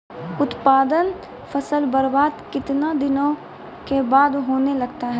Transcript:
उत्पादन फसल बबार्द कितने दिनों के बाद होने लगता हैं?